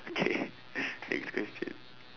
okay next question